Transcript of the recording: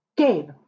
Gabe